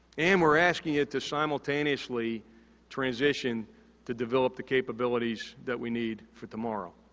and, we're asking it to simultaneously transition to develop the capabilities that we need for tomorrow.